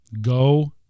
Go